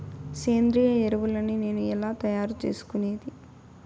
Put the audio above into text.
సేంద్రియ ఎరువులని నేను ఎలా తయారు చేసుకునేది?